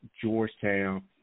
Georgetown